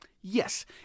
Yes